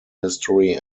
history